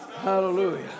Hallelujah